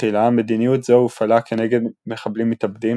בתחילה מדיניות זו הופעלה כנגד מחבלים מתאבדים